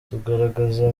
tugaragaza